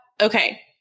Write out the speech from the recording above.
okay